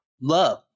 love